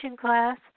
class